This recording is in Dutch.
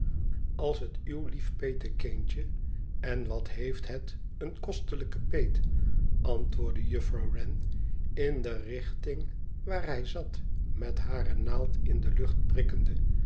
als het uw lief petekindje en wat heeft het een kostelijken peet antwoordde juffrouw wren in de richting waar hij zat met hare naald in de lucht prikkende